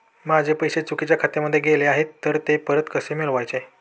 माझे पैसे चुकीच्या खात्यामध्ये गेले आहेत तर ते परत कसे मिळवायचे?